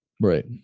Right